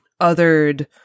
othered